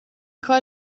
کار